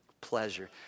pleasure